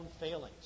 failings